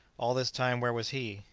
all this time, where was he?